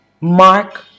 Mark